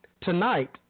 tonight